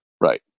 right